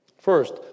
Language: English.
First